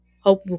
hope